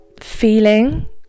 feeling